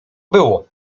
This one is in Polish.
było